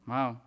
Wow